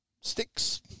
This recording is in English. sticks